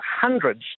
hundreds